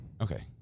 Okay